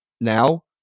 now